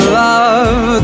love